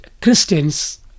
Christians